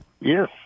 Yes